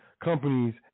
companies